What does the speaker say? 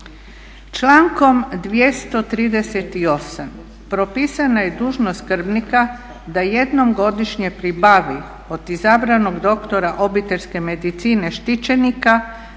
Člankom 238. propisana je dužnost skrbnika da jednom godišnje pribavi od izabranog doktora obiteljske medicine štićenika